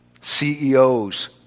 CEOs